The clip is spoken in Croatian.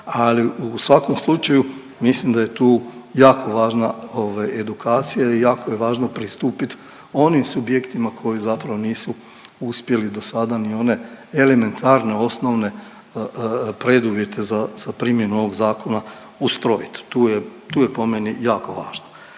ali u svakom slučaju mislim da je tu jako važna edukacija i jako je važno pristupit onim subjektima koji zapravo nisu uspjeli do sada ni one elementarne osnovne preduvjete za primjenu ovog Zakona ustrojiti. Tu je, tu je po meni jako važno.